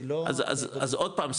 אז עוד פעם,